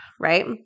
right